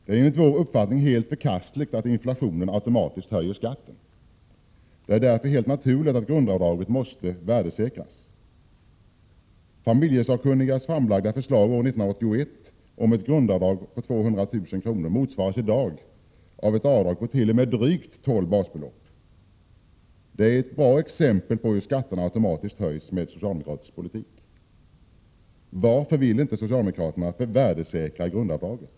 Det är enligt vår uppfattning helt förkastligt att inflationen automatiskt höjer skatten. Det är därför helt naturligt att grundavdraget måste värdesäkras. Familjelagsakkunnigas år 1981 framlagda förslag om ett grundavdrag på 200 000 kr. motsvaras i dag av ett avdrag på t.o.m. drygt tolv basbelopp. Det är ett bra exempel på hur skatterna höjs automatiskt med socialdemokratisk politik. Varför vill inte socialdemokraterna värdesäkra grundavdraget?